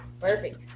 perfect